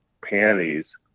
panties